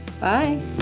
bye